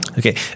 Okay